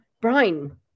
Brian